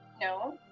no